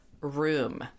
room